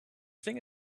thing